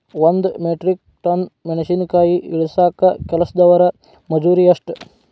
ಒಂದ್ metric ton ಮೆಣಸಿನಕಾಯಿ ಇಳಸಾಕ್ ಕೆಲಸ್ದವರ ಮಜೂರಿ ಎಷ್ಟ?